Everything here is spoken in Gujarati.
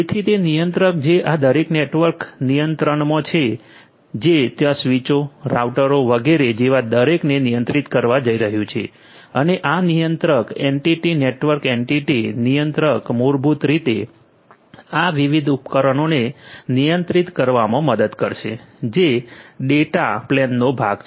તેથી તે નિયંત્રક જે આ દરેક નેટવર્ક નિયંત્રણમાં છે જે ત્યાં સ્વીચો રાઉટરો વગેરે જેવા દરેકને નિયંત્રિત કરવા જઇ રહ્યું છે અને આ નિયંત્રક એન્ટિટી નેટવર્ક એન્ટિટી નિયંત્રક મૂળભૂત રીતે આ વિવિધ ઉપકરણોને નિયંત્રિત કરવામાં મદદ કરશે જે ડેટા પ્લેનનો ભાગ છે